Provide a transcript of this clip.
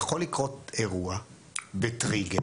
יכול לקרות אירוע וטריגר,